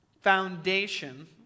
foundation